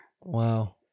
Wow